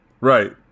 Right